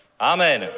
Amen